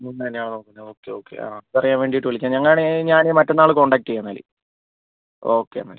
room തന്നെയാണ് നോക്കുന്നത് okay okay ആ അത് അറിയാൻ വേണ്ടിയിട്ട് വിളിക്കുന്നതാണ് അങ്ങനെ ആണെങ്കിൽ ഞാൻ മറ്റന്നാൾ കോൺടാക്ട് ചെയ്യാം എന്നാൽ ഓക്കെ എന്നാൽ